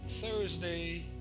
Thursday